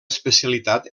especialitat